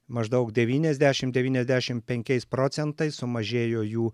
maždaug devyniasdešimt devyniasdešimt penkiais procentais sumažėjo jų